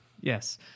Yes